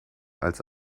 als